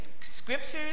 scriptures